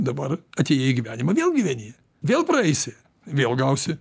dabar atėjai į gyvenimą vėl gyveni vėl praeisi vėl gausi